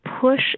push